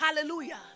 Hallelujah